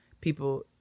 People